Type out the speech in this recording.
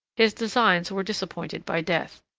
his designs were disappointed by death.